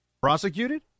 Prosecuted